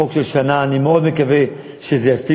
חוק של שנה, אני מאוד מקווה שזה יספיק.